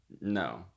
no